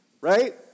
right